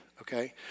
okay